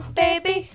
baby